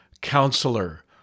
Counselor